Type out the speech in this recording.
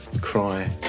cry